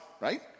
right